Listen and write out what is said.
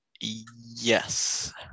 Yes